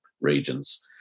regions